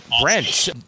Brent